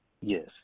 Yes